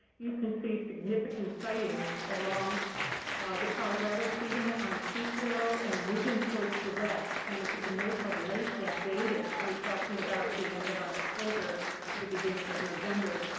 you can see significant sightings along the colorado feeding on seep willow and moving towards the west. and if you can note how late that date is. we're talking about the end of october to the beginning of november,